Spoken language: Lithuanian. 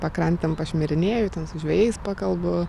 pakrantėm pašmirinėju ten su žvejais pakalbu